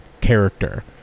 character